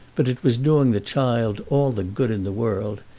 but it was doing the child all the good in the world,